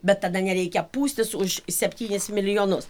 bet tada nereikia pūstis už septynis milijonus